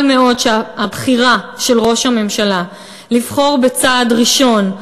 מאוד שהבחירה של ראש הממשלה היא בצעד הראשון,